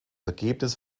ergebnis